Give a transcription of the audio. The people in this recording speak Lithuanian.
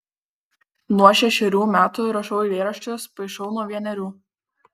nuo šešerių metų rašau eilėraščius paišau nuo vienerių